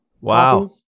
Wow